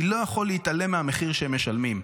אני לא יכול להתעלם מהמחיר שהם משלמים,